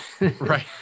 Right